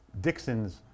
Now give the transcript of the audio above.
Dixon's